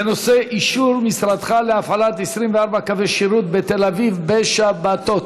בנושא: אישור משרדך להפעלת 24 קווי שירות בתל אביב בשבתות.